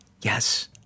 Yes